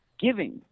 giving